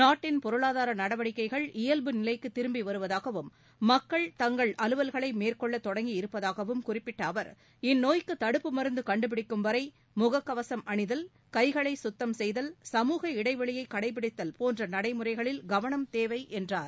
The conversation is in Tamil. நாட்டின் பொருளாதார நடவடிக்கைகள் இயல்பு நிலைக்கு திரும்பி வருவதாகவும் மக்கள் தங்கள் அலுவல்களை மேற்கொள்ள தொடங்கியிருப்பதாகவும் குறிப்பிட்ட அவர் இந்நோய்க்கு தடுப்பு மருந்து கண்டுபிடிக்கும் வரை முககவசம் அணிதல் கைகளை குத்தம் செய்தல் சமூக இடைவெளியை கடைப்பிடித்தல் போன்ற நடைமுறைகளில் கவனம் தேவை என்றார்